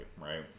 right